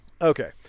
Okay